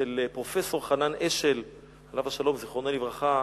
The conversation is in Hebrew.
של פרופסור חנן אשל עליו השלום, זיכרונו לברכה,